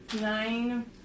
nine